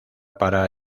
para